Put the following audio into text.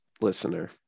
listener